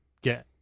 get